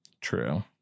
True